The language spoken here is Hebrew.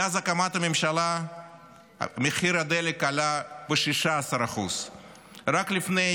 מאז הקמת הממשלה מחיר הדלק עלה ב-16%; רק לפני